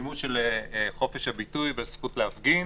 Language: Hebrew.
מימוש חופש הביטוי והזכות להפגין